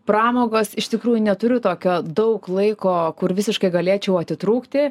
pramogos iš tikrųjų neturiu tokio daug laiko kur visiškai galėčiau atitrūkti